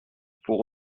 vous